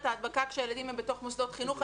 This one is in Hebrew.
ההדבקה כשהילדים הם בתוך מוסדות חינוך.